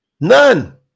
None